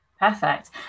Perfect